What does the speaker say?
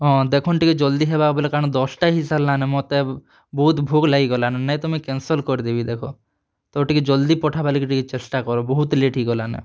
ହଁ ଦେଖନ୍ତୁ ଟିକେ ଜଲଦି ହେବା ବୋଲେ କାରଣ ଦଶଟା ହେଇ ସାରିଲା ନେ ମୋତେ ଏବେ ବହୁତ ଭୋକ ଲାଗି ଗଲା ନ ନାଇଁ ତ ମୁଇଁ କ୍ୟାନସଲ୍ କରିଦେବି ଦେଖ ତ ଟିକେ ଜଲଦି ପଠବା ଲାଗି ଟିକେ ଚେଷ୍ଟା କର ବହୁତ ଲେଟ୍ ହେଇ ଗଲାନ